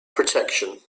protection